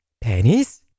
Pennies